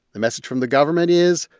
the message from the government is,